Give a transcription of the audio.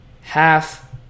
half